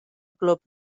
glwb